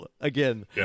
again